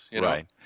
Right